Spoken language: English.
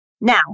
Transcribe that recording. Now